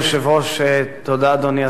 בהמשך לדברים שנאמרו כאן,